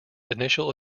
initial